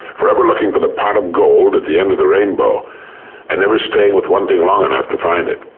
forever looking for the pot of gold at the end of the rainbow and never staying with one thing long enough to find it.